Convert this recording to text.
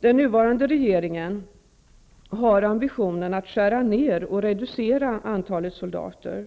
Den nuvarande regeringen har ambitionen att skära ner antalet soldater,